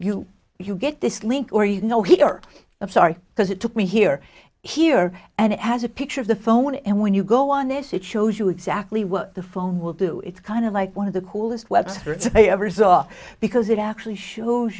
you you get this link or you know here i'm sorry because it took me here here and it has a picture of the phone and when you go on this it shows you exactly what the phone will do it's kind of like one of the coolest webster they ever saw because it actually shows